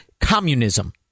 communism